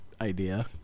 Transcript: idea